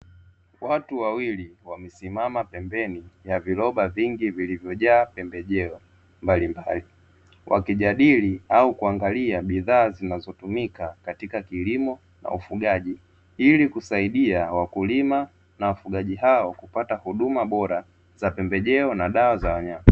Watu wawili wamesimama pembeni ya viroba vingi vilivyojaa pembejeo mbalimbali, wakijadili au kuangalia bidhaa zinazotumika katika kilimo na ufugaji ili kusaidia wakulima na wafugaji hao kupata huduma bora za pembejeo na dawa za wanyama.